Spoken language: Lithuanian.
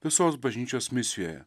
visos bažnyčios misijoje